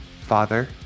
father